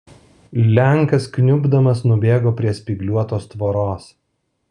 lenkas kniubdamas nubėgo prie spygliuotos tvoros